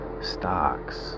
stocks